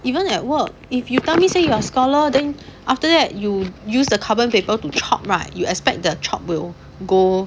even at work if you tell me say you are scholar then after that you use the carbon paper to chop right you expect the chop will go